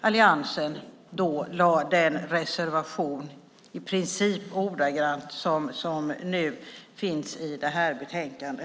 Alliansen hade då en reservation, i princip ordagrann med den som nu finns i det här betänkandet.